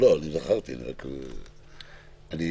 -- זה נכון,